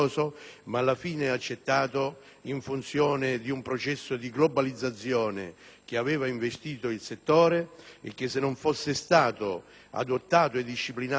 che aveva investito il settore e che, se non fosse stato adottato e disciplinato anche in Italia, sarebbe stato subìto per la via Internet. È per questo motivo